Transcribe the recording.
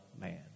man